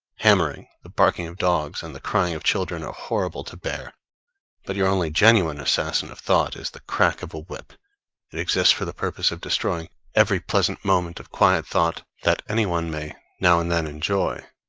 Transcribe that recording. hammering, the barking of dogs, and the crying of children are horrible to hear but your only genuine assassin of thought is the crack of a whip it exists for the purpose of destroying every pleasant moment of quiet thought that any one may now and then enjoy.